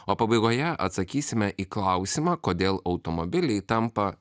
o pabaigoje atsakysime į klausimą kodėl automobiliai tampa